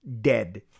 dead